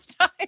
time